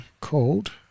called